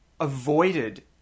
avoided